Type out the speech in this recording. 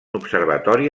observatori